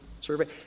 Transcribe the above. Survey